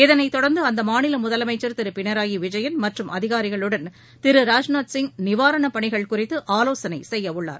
இதைத்தொடர்ந்து அம்மாநில முதலமைச்சர் திரு பினராயி விஜயன் மற்றும் அதிகாரிகளுடன் திரு ராஜ்நாத் சிங் நிவாரணப்பணிகள் குறித்து ஆலோசனை செய்யவுள்ளார்